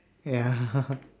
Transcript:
ya ah